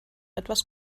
etwas